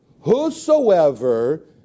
Whosoever